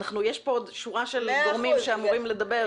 יש פה שורה של גורמים שאמורים לדבר.